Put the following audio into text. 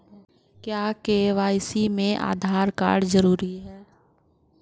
क्या के.वाई.सी में आधार कार्ड जरूरी है?